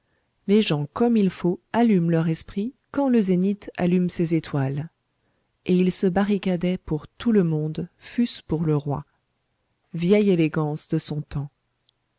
les gens comme il faut allument leur esprit quand le zénith allume ses étoiles et il se barricadait pour tout le monde fût-ce pour le roi vieille élégance de son temps